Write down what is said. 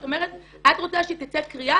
את אומרת שאת רוצה שתצא קריאה,